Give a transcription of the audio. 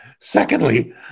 Secondly